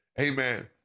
Amen